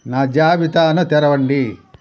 నా జాబితాను తెరవండి